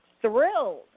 thrilled